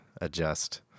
adjust